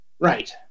Right